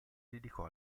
dedicò